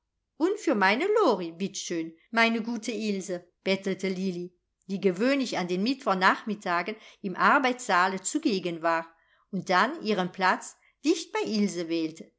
und für meine lori bitt schön meine gute ilse bettelte lilli die gewöhnlich an den mittwochnachmittagen im arbeitssaale zugegen war und dann ihren platz dicht bei ilse